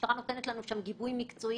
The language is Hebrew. המשטרה נותנת לנו שם גיבוי מקצועי.